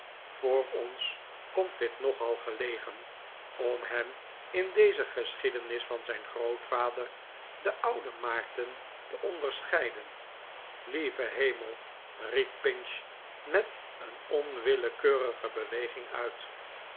voor ons komt dit nogal gelegen om hem in deze geschiedenis van zijn grootvader den ouden maarten te onderscheiden lieve hemel riep pinch met een onwillekeurige beweging uit